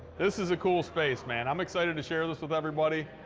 this is a cool space, man. i'm excited to share this with everybody.